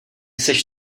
seš